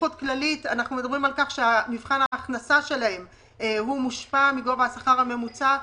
אנחנו מדברים על כך שמבחן ההכנסה שלהם מושפע מגובה השכר הממוצע.